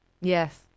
Yes